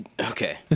Okay